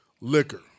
liquor